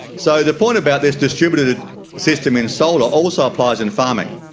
so the point about this distributed system in solar also applies in farming,